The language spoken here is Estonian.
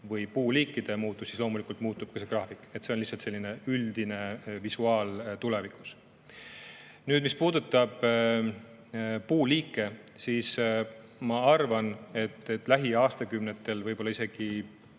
või puuliikide [vahekord], siis loomulikult muutub ka see graafik. See on lihtsalt selline üldine visuaal tuleviku kohta. Mis puudutab puuliike, siis ma arvan, et lähiaastakümnetel, võib-olla isegi